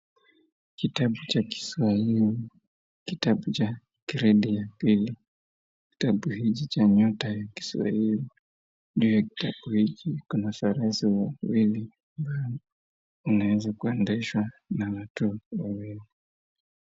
Kitabu cha Kiswahili, kitabu cha gredi ya pili. Kitabu hiki cha Nyota Ya Kiswahili, ndio kitabu hiki kiko na farasi wawili wanaeza kuendeshwa na watu wawili.